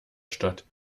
statt